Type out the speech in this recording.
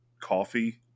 coffee